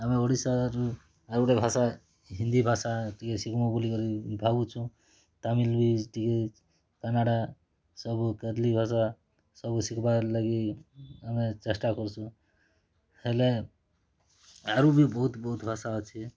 ଆମେ ଓଡ଼ିଶାର୍ ଆଉ ଗୁଟେ ଭାଷା ହିନ୍ଦୀ ଭାଷା ଟିକେ ଶିଖମୁ ବୋଲିକରି ଭାବୁଛୁଁ ତାମିଲ୍ ବି ଟିକେ କାନାଡ଼ା ସବୁ କାତଲି ଭାଷା ସବୁ ଶିଖବାର୍ ଲାଗି ଆମେ ଚେଷ୍ଟା କରସୁଁ ହେଲେ ଆରୁ ବି ବହୁତ୍ ବହୁତ୍ ଭାଷା ଅଛେ